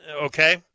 okay